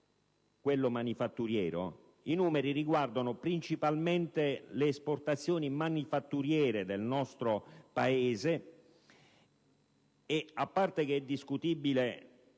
quello manufatturiero, i numeri riguardano principalmente le esportazioni manufatturiere del nostro Paese. A parte che è discutibile